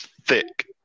thick